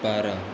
पारा